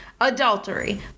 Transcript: adultery